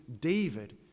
David